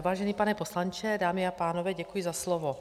Vážený pane poslanče, dámy a pánové, děkuji za slovo.